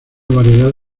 variedad